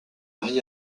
marié